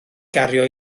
gario